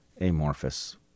amorphous